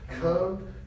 come